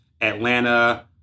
Atlanta